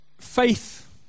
Faith